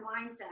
mindset